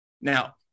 Now